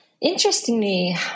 Interestingly